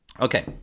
okay